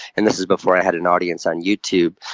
and this is before i had an audience on youtube.